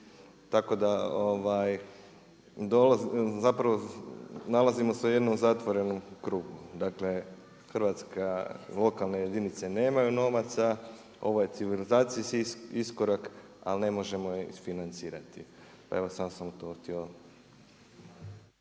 Tako da zapravo nalazimo se u jednom zatvorenom krugu, dakle Hrvatska, lokalne jedinice nemaju novaca, ovo je civilizacijski iskorak ali ne možemo je isfinancirati. Evo samo sam to htio.